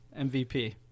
MVP